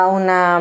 una